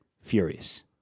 Furious